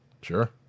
Sure